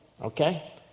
okay